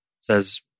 says